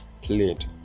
played